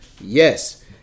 Yes